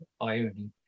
irony